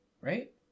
Right